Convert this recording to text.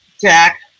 Jack